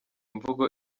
imvugo